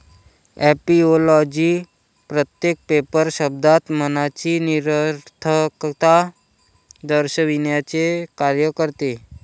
ऍपिओलॉजी प्रत्येक पेपर शब्दात मनाची निरर्थकता दर्शविण्याचे कार्य करते